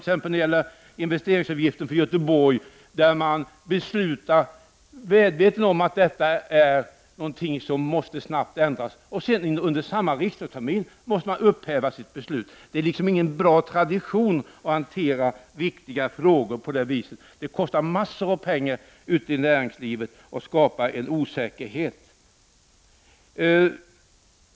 Det gäller t.ex. investeringsavgiften för Göteborg, där man fattar ett beslut — väl medveten om att detta snabbt måste ändras — och senare under samma riksmöte måste upphäva beslutet. Det är inte någon bra tradition att hantera viktiga frågor på det sättet. Det kostar massor av pengar ute i näringslivet och skapar osäkerhet.